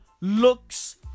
looks